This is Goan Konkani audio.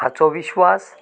हाचो विश्वास